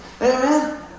Amen